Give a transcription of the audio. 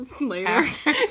Later